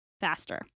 faster